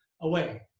away